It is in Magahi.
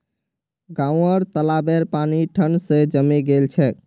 गांउर तालाबेर पानी ठंड स जमें गेल छेक